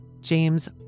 James